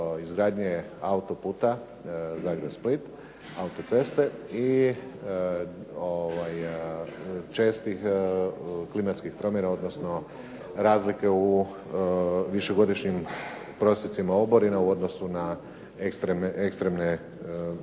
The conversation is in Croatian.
izgradnje autoputa Zagreb-Split, autoceste i čestih klimatskih promjena, odnosno razlike u višegodišnjim prosjecima oborina u odnosu na ekstremne kad je